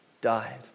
died